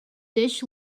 dish